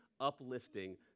uplifting